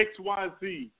XYZ